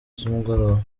z’umugoroba